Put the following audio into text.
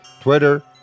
Twitter